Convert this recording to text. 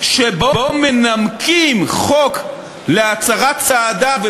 שבו מנמקים חוק להצרת צעדיו,